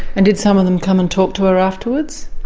and did some of them come and talk to her afterwards?